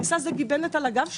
פריסה זה גיבנת על הגב שלנו.